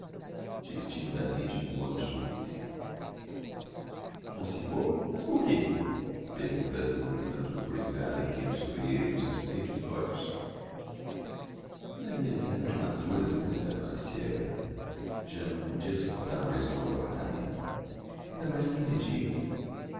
diz timidamente e com modo supplice com o senhor mas por quê pergunta a zina um tanto ruborizada erguendo sobre elle os esplendidos olhos pela minha vinda prematura zinaida aphanassievna já não podia supportar mais longo apartamento ainda mais quinze dias